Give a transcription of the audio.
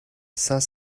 cinq